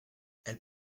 elles